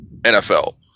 NFL